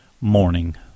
Morning